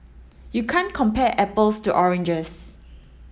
you can't compare apples to oranges